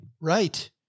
Right